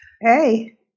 Hey